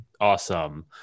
awesome